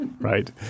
right